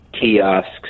kiosks